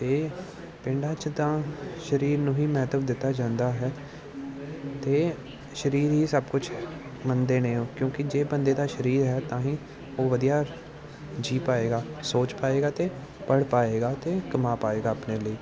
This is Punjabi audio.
ਅਤੇ ਪਿੰਡਾਂ 'ਚ ਤਾਂ ਸਰੀਰ ਨੂੰ ਹੀ ਮਹੱਤਵ ਦਿੱਤਾ ਜਾਂਦਾ ਹੈ ਅਤੇ ਸਰੀਰ ਹੀ ਸਭ ਕੁਛ ਮੰਨਦੇ ਨੇ ਉਹ ਕਿਉਂਕਿ ਜੇ ਬੰਦੇ ਦਾ ਸਰੀਰ ਹੈ ਤਾਂ ਹੀ ਉਹ ਵਧੀਆ ਜੀ ਪਾਏਗਾ ਸੋਚ ਪਾਏਗਾ ਅਤੇ ਪੜ੍ਹ ਪਾਏਗਾ ਅਤੇ ਕਮਾ ਪਾਏਗਾ ਆਪਣੇ ਲਈ